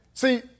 See